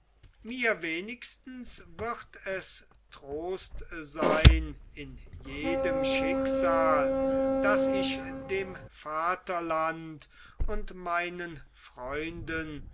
mir wenigstens wird es trost sein in jedem schicksale daß ich dem vaterlande und meinen freunden